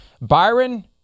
Byron